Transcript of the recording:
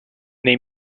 nei